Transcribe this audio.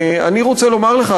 אני רוצה לומר לך,